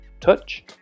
touch